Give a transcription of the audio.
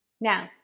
Now